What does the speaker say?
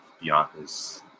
Bianca's